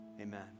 Amen